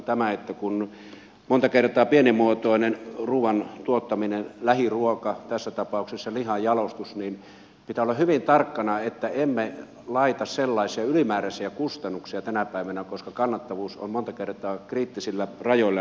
tämä että monta kertaa pienimuotoisessa ruuantuottamisessa lähiruoassa tässä tapauksessa lihanjalostuksessa pitää olla hyvin tarkkana että emme laita ylimääräisiä kustannuksia tänä päivänä koska kannattavuus on monta kertaa kriittisillä rajoilla